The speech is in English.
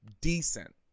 decent